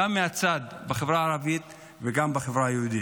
גם מהצד של החברה הערבית וגם בחברה היהודית.